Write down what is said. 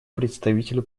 представителю